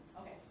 Okay